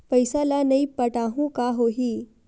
पईसा ल नई पटाहूँ का होही?